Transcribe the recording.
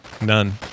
none